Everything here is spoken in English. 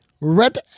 red